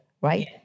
right